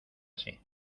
así